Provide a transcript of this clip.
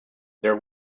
there